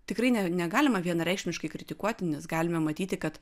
tikrai ne negalima vienareikšmiškai kritikuoti nes galime matyti kad